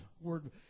Word